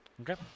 Okay